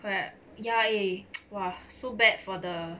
but ya eh so bad for the